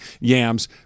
yams